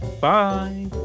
Bye